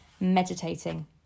Meditating